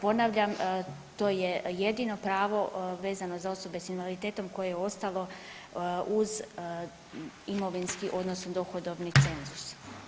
Ponavljam, to je jedino pravo vezano za osobe s invaliditetom koje je ostalo uz imovinski odnosno dohodovni cenzus.